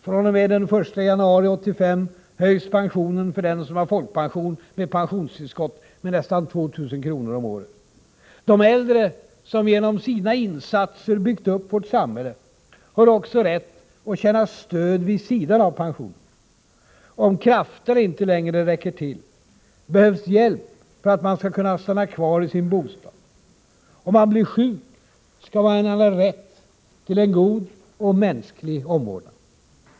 fr.o.m.den 1 januari 1985 höjs pensionen för den som har folkpension med pensionstillskott med nästan 2 000 kr. om året. De äldre, som genom sina insatser byggt upp vårt samhälle, har också rätt att få känna stöd vid sidan om pensionen. Om krafterna inte längre räcker till, behövs hjälp för att man skall kunna stanna kvari sin bostad. Om man blir sjuk, skall man ha rätt till en god och mänsklig omvårdnad.